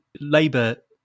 Labour